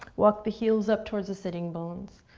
walk the heels up towards the sitting bones.